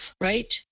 right